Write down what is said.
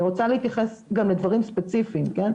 רוצה להתייחס גם לדברים ספציפיים כן,